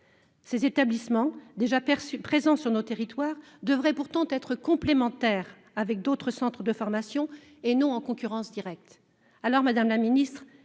Ces établissements, déjà présents sur nos territoires, devraient pourtant être complémentaires avec d'autres centres de formation et non en concurrence directe. Alors, madame la ministre,